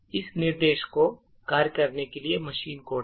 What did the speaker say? इस निर्देश को कार्य करने के लिए मशीन कोड है